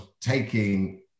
taking